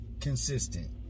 consistent